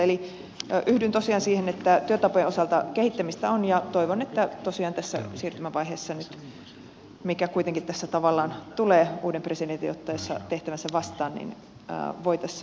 eli yhdyn tosiaan siihen että työtapojen osalta kehittämistä on ja toivon että tosiaan nyt tässä siirtymävaiheessa joka kuitenkin tässä tavallaan tulee uuden presidentin ottaessa tehtävänsä vastaan voitaisiin puuttua näihin toimintatapoihin